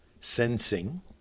sensing